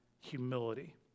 Humility